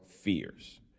fears